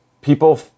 people